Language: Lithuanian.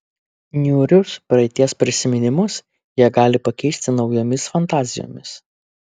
niūrius praeities prisiminimus jie gali pakeisti naujomis fantazijomis